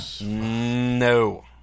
No